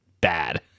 bad